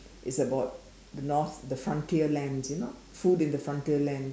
it's about north the frontier lands you know food in the frontier land